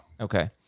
Okay